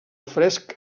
fresc